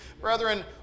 Brethren